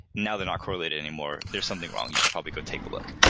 now they're not correlated anymore. there's something wrong. you should probably go take a look.